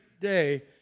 day